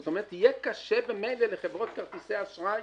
זאת אומרת, יהיה קשה ממילא לחברות כרטיסי האשראי